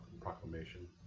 proclamation